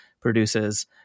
produces